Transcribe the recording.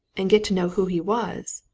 and get to know who he was,